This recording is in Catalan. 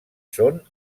són